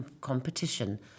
competition